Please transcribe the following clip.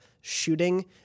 shooting